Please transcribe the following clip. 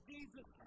Jesus